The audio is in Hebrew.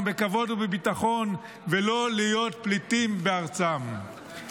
בכבוד ובביטחון ולא להיות פליטים בארצם.